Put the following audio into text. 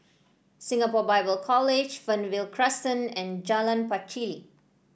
Singapore Bible College Fernvale Crescent and Jalan Pacheli